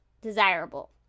desirable